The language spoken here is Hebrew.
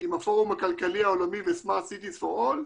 עם הפורום הכלכלי העולמי ו-smart cities for all,